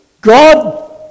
God